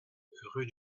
rue